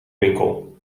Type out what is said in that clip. winkel